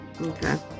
Okay